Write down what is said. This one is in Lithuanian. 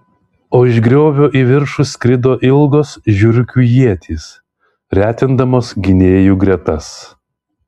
o iš griovio į viršų skrido ilgos žiurkių ietys retindamos gynėjų gretas